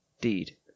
deed